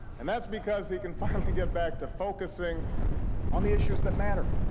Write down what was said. and that's because he can finally get back to focusing on the issues that matter